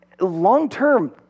long-term